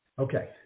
Okay